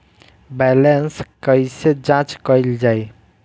Balance कइसे जांच कइल जाइ?